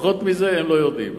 פחות מזה הם לא יודעים.